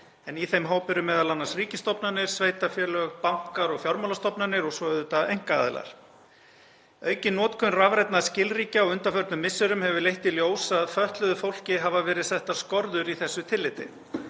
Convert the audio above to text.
en í þeim hópi eru m.a. ríkisstofnanir, sveitarfélög, bankar og fjármálastofnanir og svo auðvitað einkaaðilar. Aukin notkun rafrænna skilríkja á undanförnum misserum hefur leitt í ljós að fötluðu fólki hafa verið settar skorður í þessu tilliti.